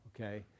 okay